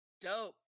dope